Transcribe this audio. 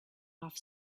off